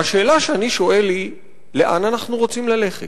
והשאלה שאני שואל היא: לאן אנחנו רוצים ללכת?